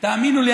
תאמינו לי,